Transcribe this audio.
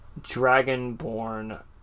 dragonborn